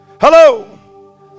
Hello